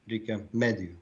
reikia medijų